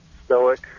stoic